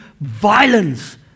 violence